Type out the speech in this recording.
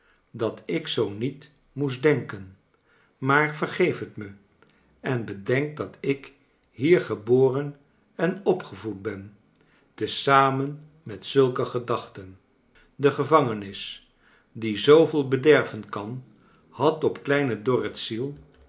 dat ik zoo met moest denizen maar vergeef het me en bedenk dat ik liier geboren en opgevoed ben te zamen met zulke gedachten de gevangenis die zooveel bed erven kan had op kleine dorrit's